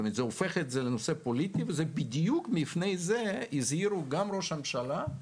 זה הופך את זה לנושא פוליטי ובדיוק מפני זה הזהירו ראש הממשלה,